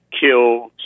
Kill